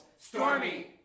Stormy